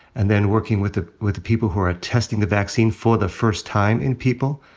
and then working with ah with the people who are testing the vaccine for the first time in people.